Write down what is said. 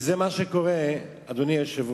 וזה מה שקורה, אדוני היושב-ראש.